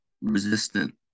resistant